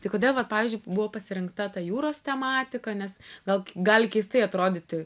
tai kodėl vat pavyzdžiui buvo pasirinkta ta jūros tematika nes gal gali keistai atrodyti